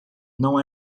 não